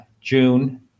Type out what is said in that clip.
June